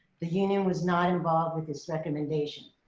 the union was not involved with this recommendation.